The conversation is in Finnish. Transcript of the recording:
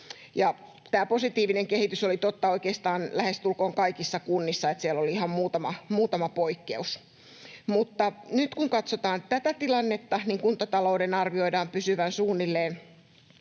Tämä positiivinen kehitys oli totta oikeastaan lähestulkoon kaikissa kunnissa, eli siellä oli ihan muutama poikkeus. Nyt kun katsotaan tätä tilannetta, niin kuntatalouden arvioidaan pysyvän suunnilleen